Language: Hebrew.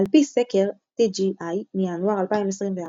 על פי סקר TGI מינואר 2024,